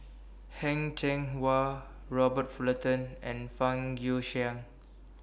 Heng Cheng Hwa Robert Fullerton and Fang Guixiang